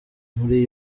muri